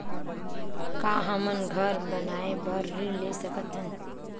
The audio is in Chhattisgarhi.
का हमन घर बनाए बार ऋण ले सकत हन?